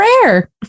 prayer